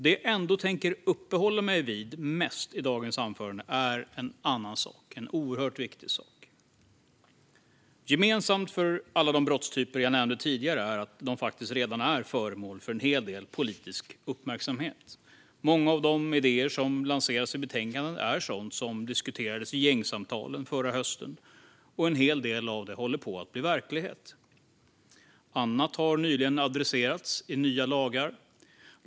Det jag ändå tänker uppehålla mig mest vid i dagens anförande är en annan, oerhört viktig sak. Gemensamt för alla brottstyper jag nämnde tidigare är att de faktiskt redan är föremål för en hel del politisk uppmärksamhet. Många av de idéer som lanseras i betänkandet är sådant som diskuterades i gängsamtalen i höstas, och en hel del håller på att bli verklighet. Annat har nyligen adresserats i nya lagar.